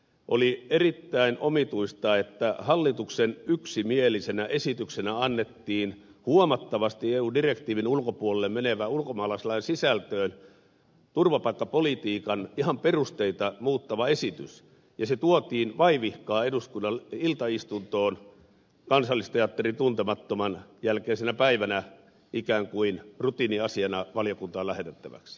oli erittäin omituista että hallituksen yksimielisenä esityksenä annettiin huomattavasti eu direktiivin ulkopuolelle menevä ihan ulkomaalaislain sisällön turvapaikkapolitiikan perusteita muuttava esitys ja se tuotiin vaivihkaa eduskunnan iltaistuntoon kansallisteatterin tuntemattoman jälkeisenä päivänä ikään kuin rutiiniasiana valiokuntaan lähetettäväksi